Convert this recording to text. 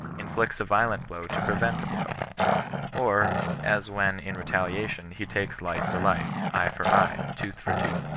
inflicts a violent blow to prevent a blow or, as when, in retaliation, he takes life for life, eye for eye, tooth for tooth,